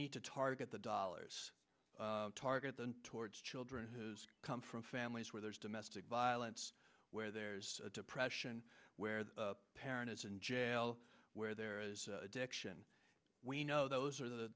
need to target the dollars target them towards children whose come from families where there's domestic violence where there's a depression where the parent is in jail where there is addiction we know those are the